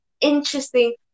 interesting